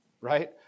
right